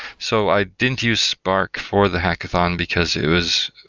so i didn't use spark for the hackathon, because it was,